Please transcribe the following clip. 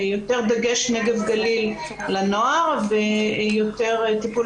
יותר דגש נגב-גליל לנוער ויותר טיפול